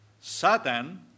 Satan